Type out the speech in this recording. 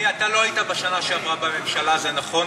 אדוני, אתה לא היית בשנה שעברה בממשלה, זה נכון.